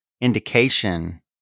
indication